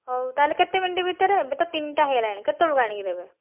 ହଉ ତା'ହେଲେ କେତେ ମିନିଟ୍ ଭିତରେ ଏବେ ତ ତିନିଟା ହେଇଗଲାଣି କେତେବେଳକୁ ଆଣିକି ଦେବେ